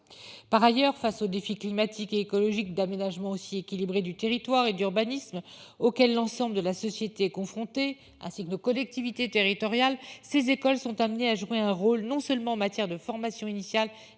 par ailleurs face au défi climatique et écologique d'aménagement aussi équilibré du territoire et d'urbanisme auquel l'ensemble de la société confrontée ainsi que de collectivités territoriales, ces écoles sont amenées à jouer un rôle non seulement en matière de formation initiale